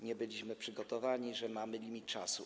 Nie byliśmy przygotowani, że mamy limit czasu.